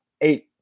eight